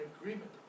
agreement